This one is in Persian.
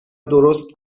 درست